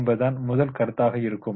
என்பதுதான் முதல் கருத்தாக இருக்கும்